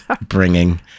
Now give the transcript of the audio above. bringing